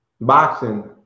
boxing